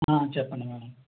చెప్పండి మేడం